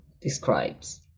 describes